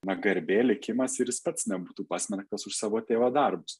na garbė likimas ir jis pats nebūtų pasmerktas už savo tėvo darbus